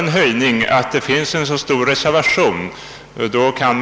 Den omständigheten att det finns en så stor reservation talar ju också för en höjning.